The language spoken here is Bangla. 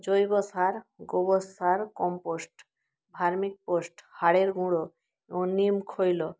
জৈব সার গোবর সার কম্পোস্ট ভার্মিকম্পোস্ট হাড়ের গুঁড়ো ও নিম খৈল্য